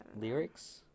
lyrics